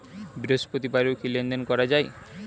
বৃহস্পতিবারেও কি লেনদেন করা যায়?